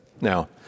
now